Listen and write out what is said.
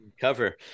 cover